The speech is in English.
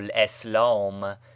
islam